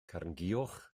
carnguwch